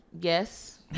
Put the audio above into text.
yes